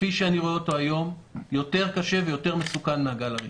כפי שאני רואה אותו היום קשה יותר ומסוכן יותר מהגל הראשון.